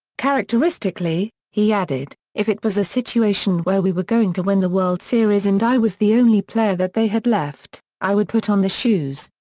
characteristically, he added, if it was a situation where we were going to win the world series and i was the only player that they had left, i would put on the shoes.